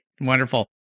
wonderful